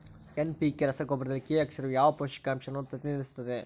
NPK ರಸಗೊಬ್ಬರದಲ್ಲಿ K ಅಕ್ಷರವು ಯಾವ ಪೋಷಕಾಂಶವನ್ನು ಪ್ರತಿನಿಧಿಸುತ್ತದೆ?